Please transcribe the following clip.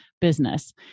business